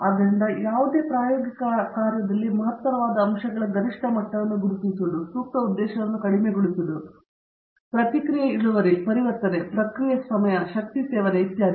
ಆದ್ದರಿಂದ ಯಾವುದೇ ಪ್ರಾಯೋಗಿಕ ಕಾರ್ಯದಲ್ಲಿ ಮಹತ್ತರವಾದ ಅಂಶಗಳ ಗರಿಷ್ಠ ಮಟ್ಟವನ್ನು ಗುರುತಿಸುವುದು ಸೂಕ್ತ ಉದ್ದೇಶವನ್ನು ಕಡಿಮೆಗೊಳಿಸುವುದು ಪ್ರತಿಕ್ರಿಯೆ ಇಳುವರಿ ಪರಿವರ್ತನೆ ಪ್ರಕ್ರಿಯೆ ಸಮಯ ಶಕ್ತಿ ಸೇವನೆ ಇತ್ಯಾದಿ